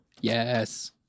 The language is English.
Yes